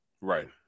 Right